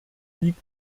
liegt